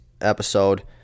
episode